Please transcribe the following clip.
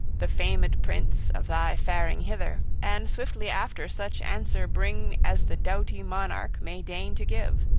the famed prince, of thy faring hither, and, swiftly after, such answer bring as the doughty monarch may deign to give.